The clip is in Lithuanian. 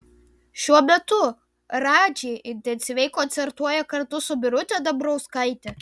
šiuo metu radži intensyviai koncertuoja kartu su birute dambrauskaite